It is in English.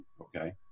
Okay